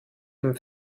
dem